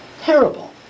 terrible